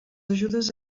ajudes